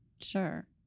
sure